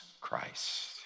Christ